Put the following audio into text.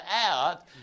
out